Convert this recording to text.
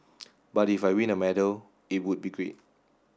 but if I win a medal it would be great